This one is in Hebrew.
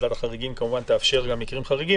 ועדת החריגים תאפשר כמובן גם מקרים חריגים